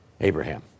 Abraham